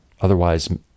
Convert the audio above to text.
otherwise